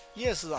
Yes